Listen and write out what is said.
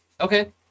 Okay